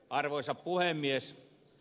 arvoisa puhemies